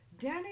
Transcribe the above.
Danny